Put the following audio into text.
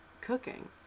cooking